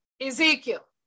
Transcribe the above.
Ezekiel